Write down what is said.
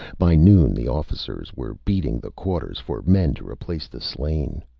by noon the officers were beating the quarters for men to replace the slain.